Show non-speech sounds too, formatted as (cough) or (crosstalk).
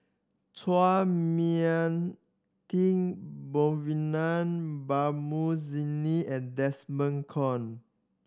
Chua Mia Tee (unintelligible) Babu (unintelligible) and Desmond Kon